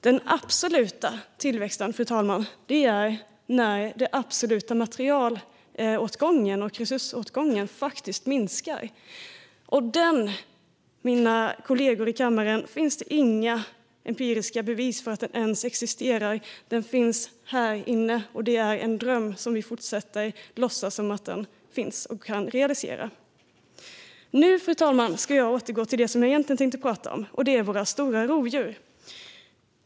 Den absoluta tillväxten, fru talman, är när den absoluta materialåtgången och resursåtgången faktiskt minskar. Mina kollegor i kammaren: Det finns inga empiriska bevis för att den ens existerar! Den finns inne i våra huvuden. Den är en dröm, men vi fortsätter att låtsas som att den finns och kan realiseras. Nu, fru talman, ska jag återgå till det jag egentligen tänkte tala om: våra stora rovdjur.